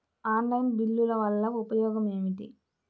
Online బిల్లుల వల్ల ఉపయోగమేమిటీ?